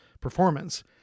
performance